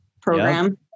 program